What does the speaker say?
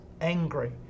angry